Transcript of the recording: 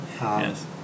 Yes